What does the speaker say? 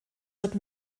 wird